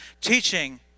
teaching